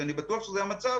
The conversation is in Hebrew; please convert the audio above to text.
שאני בטוח שזה המצב.